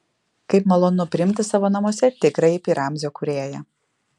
kaip malonu priimti savo namuose tikrąjį pi ramzio kūrėją